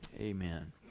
Amen